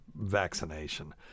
vaccination